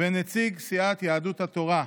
ונציג סיעת יהדות התורה.